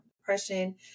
depression